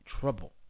trouble